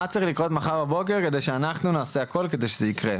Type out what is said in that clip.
מה צריך לקרות מחר בבוקר כדי שאנחנו נעשה הכול כדי שזה יקרה,